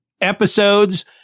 episodes